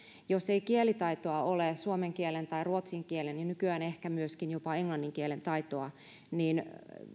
jos ei kielitaitoa ole suomen kielen tai ruotsin kielen nykyään ehkä myöskin jopa englannin kielen taitoa niin